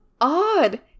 odd